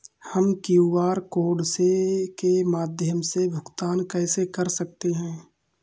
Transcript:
हम QR code के माध्यम से भुगतान कैसे कर सकते हैं?